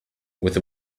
with